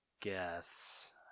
guess